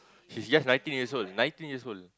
he's just nineteen years old nineteen years old